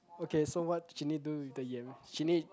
okay so what Shin-Yee do with the yam Shin-Yee